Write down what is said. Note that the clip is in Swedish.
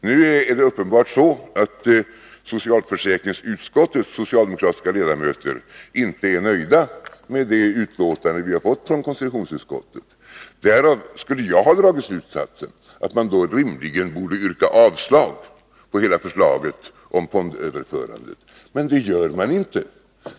Nu är det uppenbart så, att socialförsäkringsutskottets socialdemokratiska ledamöter inte är nöjda med det utlåtande vi fått från konstitutionsutskottet. Därav skulle jag ha dragit slutsatsen att man rimligen borde yrka avslag på hela förslaget om fondöverförandet. Men det gör man inte.